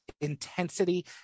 intensity